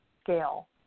scale